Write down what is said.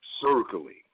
circling